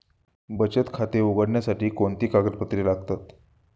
बचत खाते उघडण्यासाठी कोणती कागदपत्रे लागतात?